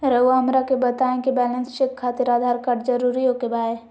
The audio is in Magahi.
रउआ हमरा के बताए कि बैलेंस चेक खातिर आधार कार्ड जरूर ओके बाय?